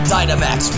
Dynamax